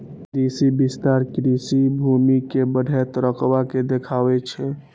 कृषि विस्तार कृषि भूमि के बढ़ैत रकबा के देखाबै छै